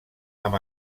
amb